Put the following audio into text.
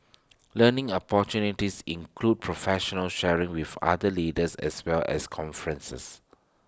learning opportunities include professional sharing with other leaders as well as conferences